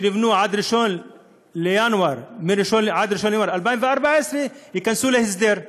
שנבנו עד 1 בינואר 2014 ייכנסו להסדר.